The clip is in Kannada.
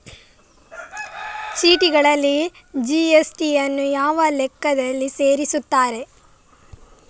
ಚೀಟಿಗಳಲ್ಲಿ ಜಿ.ಎಸ್.ಟಿ ಯನ್ನು ಯಾವ ಲೆಕ್ಕದಲ್ಲಿ ಸೇರಿಸುತ್ತಾರೆ?